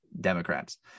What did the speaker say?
Democrats